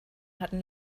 hatten